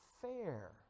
fair